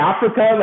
Africa